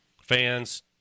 Fans